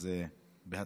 אז בהצלחה.